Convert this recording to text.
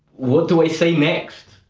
what do i say next?